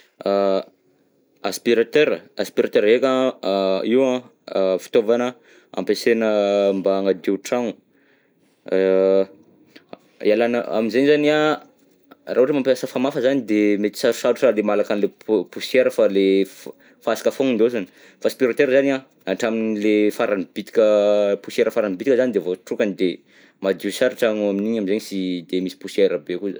Aspiratera, aspiratera ndreka a io an a fitaovana ampiasaina mba agnadio tragno, a ialana, amizay zany an, raha ohatra mampiasa famafa zany de mety sarosarotra le malaka anle pô- poussière fa le f- fasika foagna ndaosiny, fa aspirateur zany an hatramin'ny le farany bitika, poussière farany bitika zany de voatrokany de madio sara tragno amin'iny am'zegny tsy de misy poussière be koa zany.